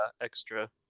extra